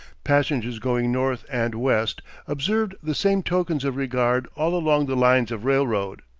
passengers going north and west observed the same tokens of regard all along the lines of railroad.